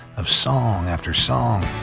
of song after song.